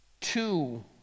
two